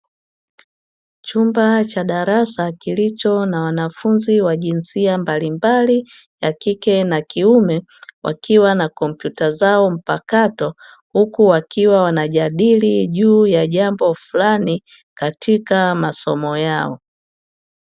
Chumba cha darasa kilicho na wanafunzi wa jinsia mbalimbali; ya kike na kiume, wakiwa na kompyuta zao mpakato huku wakiwa wanajadili juu ya jambo fulani katika masomo yao.